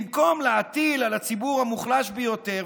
במקום להטיל על הציבור המוחלש ביותר,